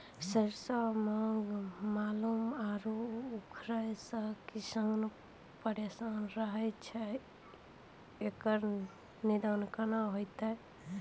सरसों मे माहू आरु उखरा से किसान परेशान रहैय छैय, इकरो निदान केना होते?